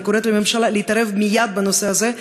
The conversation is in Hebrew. אני קוראת לממשלה להתערב מייד בנושא הזה.